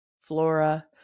flora